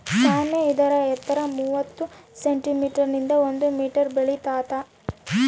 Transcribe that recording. ಸಾಮೆ ಇದರ ಎತ್ತರ ಮೂವತ್ತು ಸೆಂಟಿಮೀಟರ್ ನಿಂದ ಒಂದು ಮೀಟರ್ ಬೆಳಿತಾತ